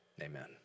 Amen